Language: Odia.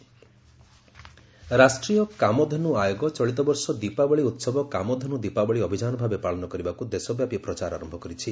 ଆର୍କେଏ ଦୀପାବଳି ରାଷ୍ଟ୍ରୀୟ କାମଧେନ୍ତୁ ଆୟୋଗ ଚଳିତବର୍ଷ ଦୀପାବଳୀ ଉତ୍ସବ କାମଧେନ୍ ଦୀପାବଳି ଅଭିଯାନ ଭାବେ ପାଳନ କରିବାକୁ ଦେଶବ୍ୟାପୀ ପ୍ରଚାର ଆରମ୍ଭ କରିଛି